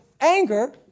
anger